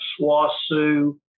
swasu